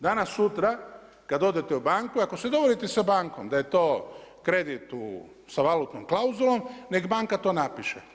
Danas, sutra kada odete u banku, ako se dogovorite sa bankom da je to kredit sa valutnom klauzulom, neka banka to napiše.